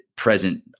present